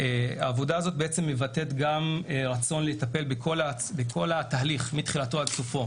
העבודה הזו בעצם מבטאת גם רצון לטפל בכל התהליך מתחילתו עד סופו,